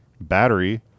Battery